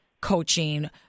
coaching